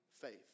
faith